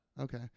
Okay